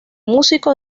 músico